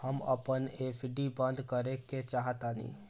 हम अपन एफ.डी बंद करेके चाहातानी